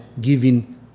giving